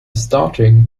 starting